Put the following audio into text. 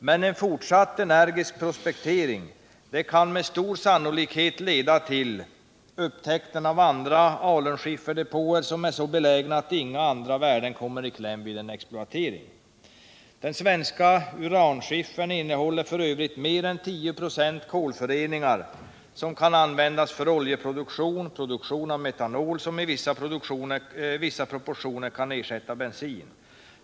Men en fortsatt prospektering kan med stor sannolikhet leda till upptäckten av andra alunskifferdepåer som är så belägna att inga andra värden kommer i kläm vid en exploatering. Den svenska uranskiffern innehåller f. ö. mer än 10 96 kolföreningar, vilka bl.a. kan användas för oljeproduktion och produktion av metanol som i vissa proportioner kan ersätta bensin.